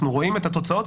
אנחנו רואים את התוצאות.